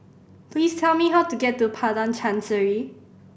please tell me how to get to Padang Chancery